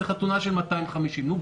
זה חתונה של 250. נו,